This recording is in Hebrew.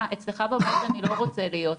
אז אצלך בבית אני לא רוצה להיות",